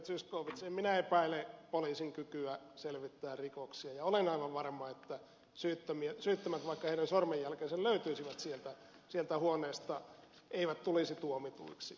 zyskowicz en minä epäile poliisin kykyä selvittää rikoksia ja olen aivan varma että syyttömät vaikka heidän sormenjälkensä löytyisivät sieltä huoneesta eivät tulisi tuomituiksi